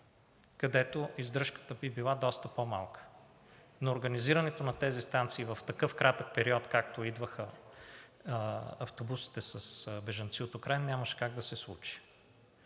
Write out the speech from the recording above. където издръжката би била доста по-малка. Но организирането на такива станции в такъв кратък период, както идваха автобусите с бежанци от Украйна, нямаше как да се случи.